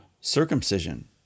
circumcision